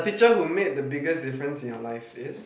teacher who made the biggest difference in your life is